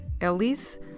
Elise